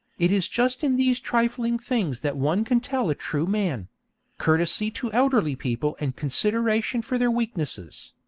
it is just in these trifling things that one can tell a true man courtesy to elderly people and consideration for their weaknesses.